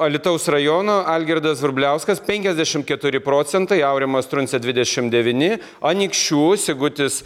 alytaus rajono algirdas vrubliauskas penkiasdešimt keturi procentai aurimas truncė dvidešimt devyni anykščių sigutis